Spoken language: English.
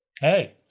Hey